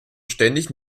ständig